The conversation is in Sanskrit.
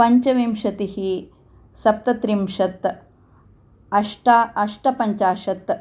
पञ्चविंशतिः सप्तत्रिंशत् अष्टा अष्टपञ्चाशत्